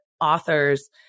authors